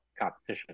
competition